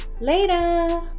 Later